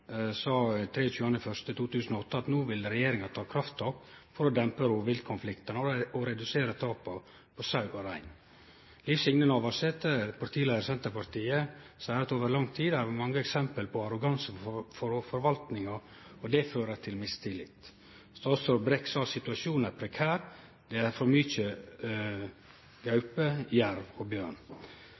i 2008 at no vil regjeringa ta krafttak for å dempe rovviltkonfliktane og redusere tapa på sau og rein. Liv Signe Navarsete, partileiar i Senterpartiet, har sagt at over lang tid er det mange eksempel på arroganse frå rovviltforvaltinga, og det fører til mistillit. Statsråd Brekk har sagt at situasjonen er prekær, og det er for mykje gaupe, jerv og bjørn.